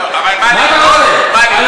מה אתה רוצה?